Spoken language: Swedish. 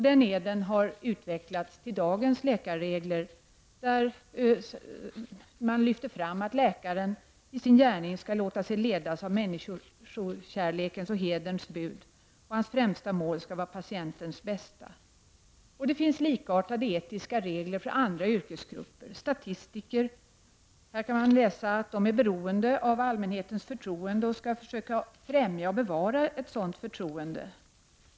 Den eden har utvecklats till dagens läkarregler, där man lyfter fram att läkaren i sin gärning skall låta sig ledas av människokärlekens och hederns bud och att hans främsta mål skall vara patientens bästa. Det finns likartade etiska regler för andra yrkesgrupper. Hos statistikerna kan man läsa att de är beroende av allmänhetens förtroende och skall försöka främja och bevara ett sådant förtroende.